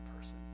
person